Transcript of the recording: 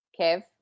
Kev